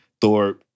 Thor